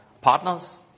partners